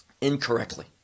incorrectly